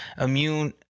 immune